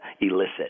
elicit